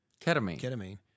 Ketamine